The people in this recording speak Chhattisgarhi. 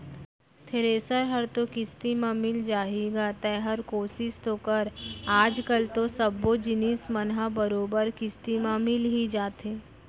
थेरेसर हर तो किस्ती म मिल जाही गा तैंहर कोसिस तो कर आज कल तो सब्बो जिनिस मन ह बरोबर किस्ती म मिल ही जाथे